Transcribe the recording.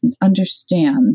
understand